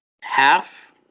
half